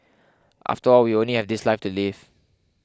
after all we only have this life to live